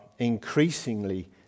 increasingly